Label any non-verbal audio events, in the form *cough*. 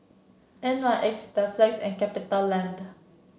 N Y X *unintelligible* and Capitaland